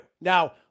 Now